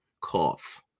cough